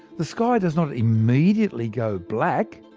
the sky does not immediately go black.